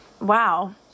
wow